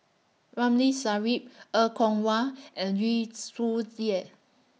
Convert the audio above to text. Ramli Sarip Er Kwong Wah and Yu Zhuye